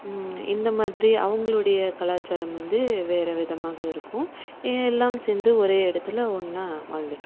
இந்த மாதிரி அவுங்களுடைய கலாச்சாரம் வந்து வேறு விதமாக இருக்கும் இவை எல்லாம் சேர்ந்து ஒரே இடத்தில் ஒன்னாக வாழ்ந்துகிட்டு இருக்கோம்